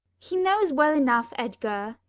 he knows well enough, edgar.